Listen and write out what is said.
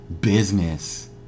business